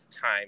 time